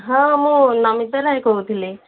ହଁ ମୁଁ ନମିତା ରାୟ କହୁଥିଲି